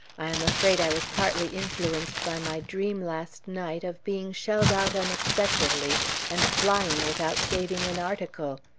i am afraid i was partly influenced by my dream last night of being shelled out unexpectedly and flying without saving an article.